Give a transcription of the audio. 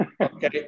Okay